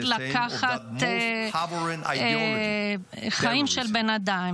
לא יכולים להיעשות מעשים נבזיים של נטילת חייהם של חפים מפשע.